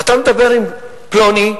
אתה מדבר עם פלוני,